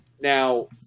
now